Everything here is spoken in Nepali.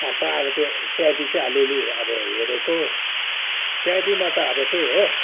अन्त अब त्यो सिआइडी चाहिँ अलिअलि अब हेरेको सिआइडीमा त अब त्यही हो